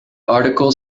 article